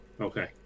Okay